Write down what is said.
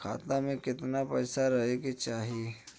खाता में कितना पैसा रहे के चाही?